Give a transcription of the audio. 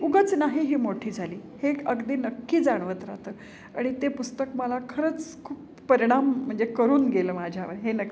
उगाच नाही ही मोठी झाली हे अगदी नक्की जाणवत राहतं आणि ते पुस्तक मला खरंच खूप परिणाम म्हणजे करून गेलं माझ्यावर हे नक्की